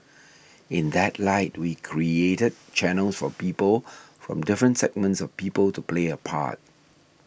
in that light we created channels for people from different segments of people to play a part